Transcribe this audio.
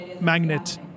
magnet